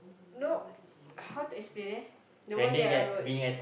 no how to explain eh the one that I watch